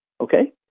Okay